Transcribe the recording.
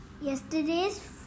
Yesterday's